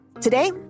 Today